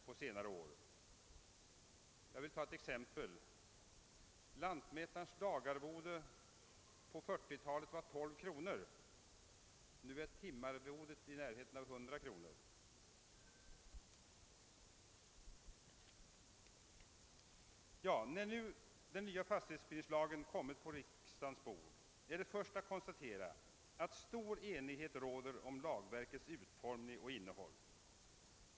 Jag kan som exempel nämna att lantmätarens dagarvode på 1940-talet var 12 kronor; nu ligger timarvodet i närheten av 100 kronor. När nu förslaget till ny fastighetsbildningslag kommit på riksdagens bord är det först att konstatera att stor enighet råder om lagverkets utformning och innehåll.